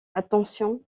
attention